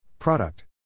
Product